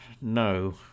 no